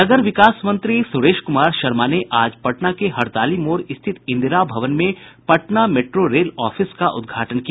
नगर विकास मंत्री सुरेश कुमार शर्मा ने आज पटना के हड़ताली मोड़ स्थित इंदिरा भवन में पटना मेट्रो रेल ऑफिस का उदघाटन किया